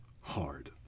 hard